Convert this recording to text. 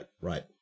right